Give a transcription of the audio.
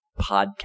podcast